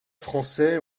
français